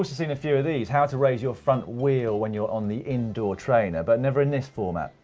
seen a few of these. how to raise your front wheel when you're on the indoor trainer, but never in this format,